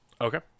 Okay